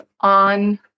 on